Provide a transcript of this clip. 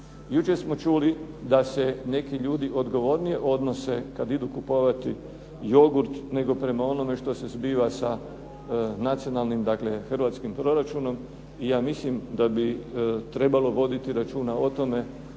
Jučer smo čuli da se neki ljudi odgovornije odnose kad idu kupovati jogurt, nego prema onome što se zbiva sa nacionalnim dakle hrvatskim proračunom i ja mislim da bi trebalo voditi računa o tome